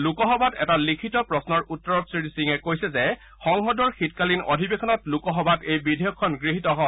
লোকসভাত এটা লিখিত প্ৰশ্নৰ উত্তৰত শ্ৰী সিঙে কৈছে যে সংসদৰ শীতকালীন অধিৱেশনত লোকসভাত এই বিধেয়কখন গৃহীত হয়